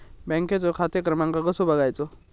बँकेचो खाते क्रमांक कसो बगायचो?